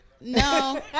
No